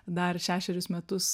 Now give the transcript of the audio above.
dar šešerius metus